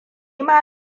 ma